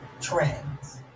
trends